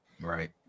right